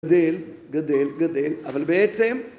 גדל, גדל, גדל, אבל בעצם...